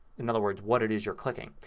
in other words what it is you're clicking.